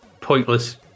pointless